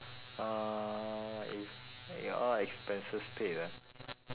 uh if your all expenses paid ah